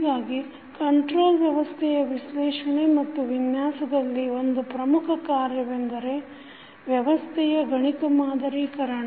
ಹೀಗಾಗಿ ಕಂಟ್ರೋಲ್ ವ್ಯವಸ್ಥೆಯ ವಿಶ್ಲೇಷಣೆ ಮತ್ತು ವಿನ್ಯಾಸದಲ್ಲಿ ಒಂದು ಪ್ರಮುಖ ಕಾರ್ಯವೆಂದರೆ ವ್ಯವಸ್ಥೆಯ ಗಣಿತ ಮಾದರೀಕರಣ